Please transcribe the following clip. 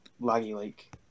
laggy-like